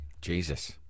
Jesus